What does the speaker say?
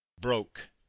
broke